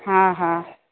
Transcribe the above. हा हा